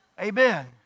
Amen